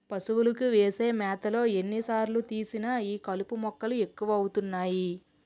పశువులకు వేసే మేతలో ఎన్ని సార్లు తీసినా ఈ కలుపు మొక్కలు ఎక్కువ అవుతున్నాయి